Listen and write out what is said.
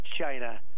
China